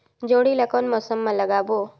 जोणी ला कोन मौसम मा लगाबो?